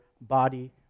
body